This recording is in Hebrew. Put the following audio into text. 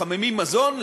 מחממים מזון,